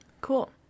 Cool